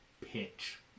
pitch